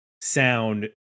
sound